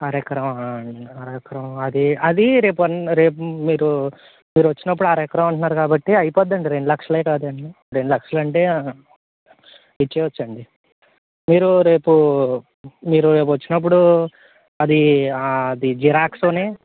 అర ఎకరమా అర ఎకరం అది అది రేపు వన్ రేపు మీరు మీరు వచ్చినప్పుడు అర ఎకరం అంటన్నారు కాబట్టి అయిపోద్ది అండి రెండు లక్షలు కదండి రెండు లక్షలు అంటే ఇచ్చేయచ్చు అండి మీరు రేపు మీరు వచ్చినప్పుడు అది ఆది జిరాక్సు